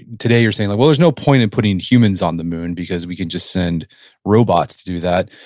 today you're seeing like, well there's no point in putting humans on the moon because we can just send robots to do that.